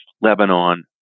Lebanon